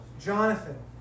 Jonathan